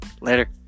Later